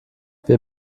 wir